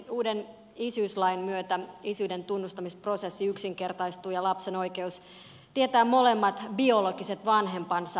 uuden isyyslain myötä isyyden tunnustamisprosessi yksinkertaistuu ja lapsen oikeus tietää molemmat biologiset vanhempansa paranee